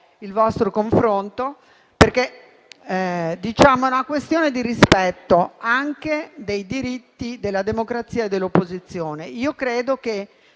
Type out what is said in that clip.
il vostro confronto perché è questa una questione di rispetto anche dei diritti della democrazia e dell'opposizione. Credo che